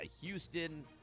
Houston